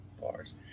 bars